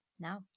Now